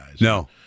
No